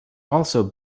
also